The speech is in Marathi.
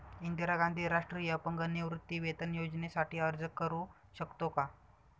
इंदिरा गांधी राष्ट्रीय अपंग निवृत्तीवेतन योजनेसाठी अर्ज करू शकतो का?